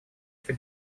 что